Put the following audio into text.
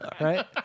right